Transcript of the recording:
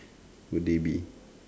would they be